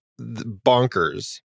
bonkers